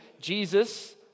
Jesus